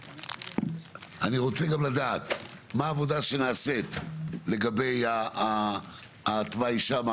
אני רוצה גם לדעת מה העבודה שנעשית לגבי התוואי שמה,